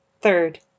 Third